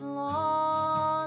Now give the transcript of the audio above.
long